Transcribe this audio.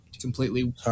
completely